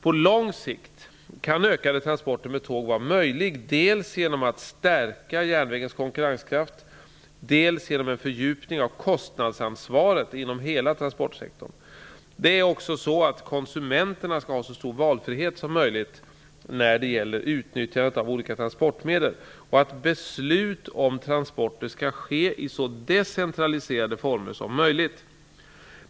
På lång sikt kan ökade transporter med tåg vara möjligt dels genom att stärka järnvägens konkurrenskraft, dels genom en fördjupning av kostnadsansvaret inom hela transportsektorn. Det är också så att konsumenterna skall ha så stor valfrihet som möjligt när det gäller utnyttjandet av olika transportmedel och att beslut om transporter skall ske i så decentraliserade former som möjligt.